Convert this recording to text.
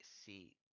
see